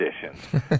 conditions